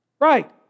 Right